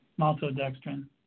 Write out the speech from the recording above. maltodextrin